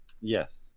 Yes